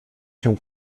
się